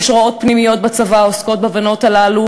יש הוראות פנימיות בצבא העוסקות בבנות האלה,